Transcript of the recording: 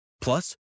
Plus